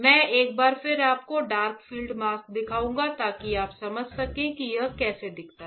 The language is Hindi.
मैं एक बार फिर आपको डार्क फील्ड मास्क दिखाऊंगा ताकि आप समझ सकें कि यह कैसा दिखता है